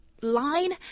line